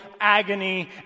agony